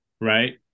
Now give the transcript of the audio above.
right